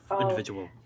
individual